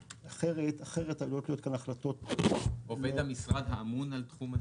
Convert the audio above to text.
אחרת עלולות להיות כאן החלטות --- עובד המשרד האמון על תחום הניקוז?